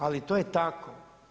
Ali, to je tako.